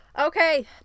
okay